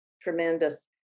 tremendous